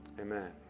amen